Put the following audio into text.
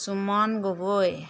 Suman Gogoi